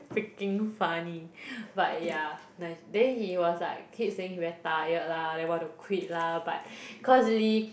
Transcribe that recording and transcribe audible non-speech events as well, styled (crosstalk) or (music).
freaking funny (breath) but yeah nice then he was like keep saying he very tired lah then want to quit lah but (breath) cause Lee